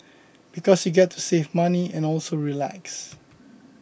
because you get to save money and also relax